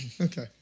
Okay